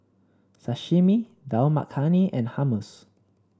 Sashimi Dal Makhani and Hummus